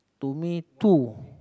to me two